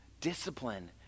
Discipline